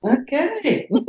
Okay